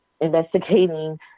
investigating